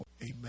Amen